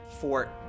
fort